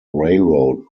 railroad